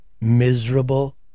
miserable